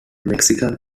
mexican